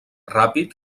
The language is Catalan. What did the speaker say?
ràpid